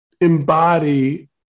embody